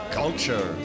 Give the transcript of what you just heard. culture